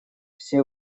все